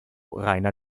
reiner